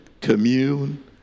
commune